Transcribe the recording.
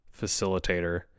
facilitator